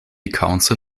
council